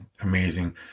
Amazing